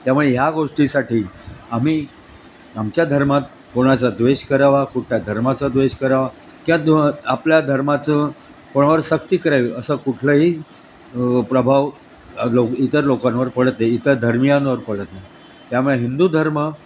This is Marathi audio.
त्यामुळे ह्या गोष्टीसाठी आम्ही आमच्या धर्मात कोणाचा द्वेष करावा कुठल्या धर्माचा द्वेष करावा क्या द आपल्या धर्माचं कोणावर सक्ती करावी असं कुठलंही प्रभाव लोक इतर लोकांवर पडत नाही इतर धर्मियांवर पडत नाही त्यामुळे हिंदू धर्म